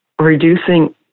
reducing